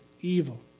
evil